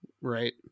right